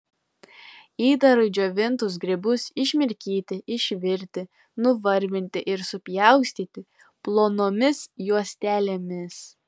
įdarui džiovintus grybus išmirkyti išvirti nuvarvinti ir supjaustyti plonomis juostelėmis